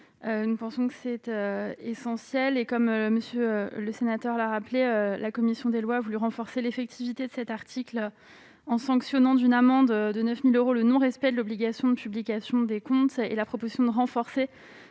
Nous pensons que son apport est essentiel et, comme M. le sénateur l'a rappelé, la commission des lois a voulu renforcer l'effectivité de cet article en sanctionnant d'une amende de 9 000 euros le non-respect de l'obligation de publication des comptes. Renforcer